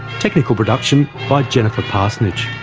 technical production by jennifer parsonage,